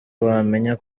wamenya